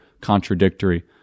contradictory